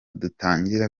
dutangira